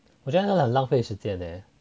我觉得很浪费时间 leh